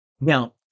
Now